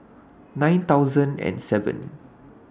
nine thousand and seven